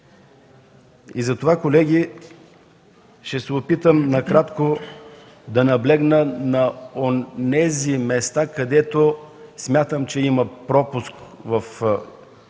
Затова, колеги, ще се опитам накратко да наблегна на онези места, където смятам, че има пропуск в предложения